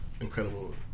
incredible